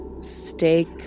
steak